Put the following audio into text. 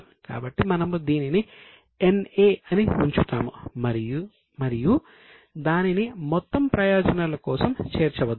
కాబట్టి మనము దీనిని NA అని ఉంచుతాము మరియు దానిని మొత్తం ప్రయోజనాల కోసం చేర్చవద్దు